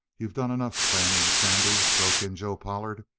you done enough planning, sandy, broke in joe pollard.